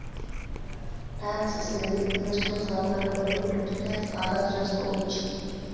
tax saving investment సాధనాల్లో డబ్బులు పెట్టి ట్యాక్స్ ఆదా చేసుకోవచ్చు